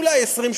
אולי 20,